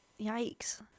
yikes